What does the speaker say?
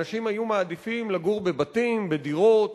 אנשים היו מעדיפים לגור בבתים, בדירות